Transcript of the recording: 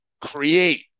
create